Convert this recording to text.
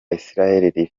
isiraheli